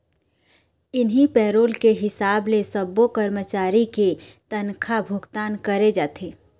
इहीं पेरोल के हिसाब से सब्बो करमचारी के तनखा भुगतान करे जाथे